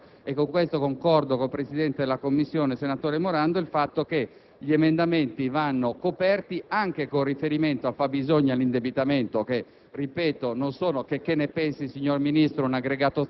tutto il procedimento sarebbe rimasto viziato. Resta - e con questo concordo con il presidente della 5a Commissione Morando - il fatto che gli emendamenti vanno coperti anche con riferimento al fabbisogno e all'indebitamento che